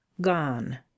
gone